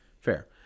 Fair